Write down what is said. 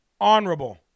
honorable